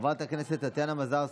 חברת הכנסת טטיאנה מזרסקי,